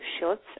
shots